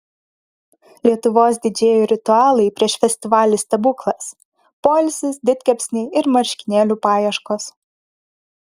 lietuvos didžėjų ritualai prieš festivalį stebuklas poilsis didkepsniai ir marškinėlių paieškos